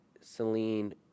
Celine